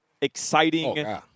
exciting